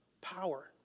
power